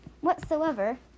whatsoever